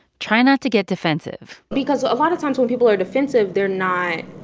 try not to get defensive because a lot of times when people are defensive, they're not,